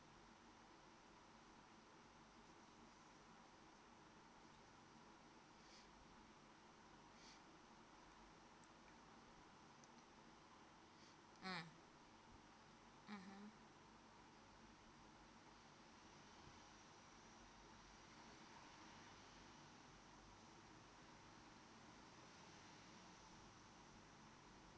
mm mmhmm